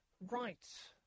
Right